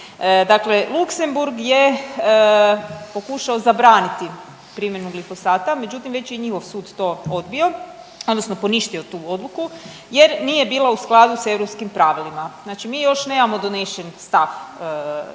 Dakle, Luksemburg je pokušao zabraniti primjenu glifosata, međutim već je njihov sud to odbio, odnosno poništio tu odluku jer nije bila u skladu sa europskim pravilima. Znači, mi još nemamo donesen stav EU po tom